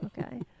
Okay